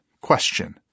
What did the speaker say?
Question